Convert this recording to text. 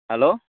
hello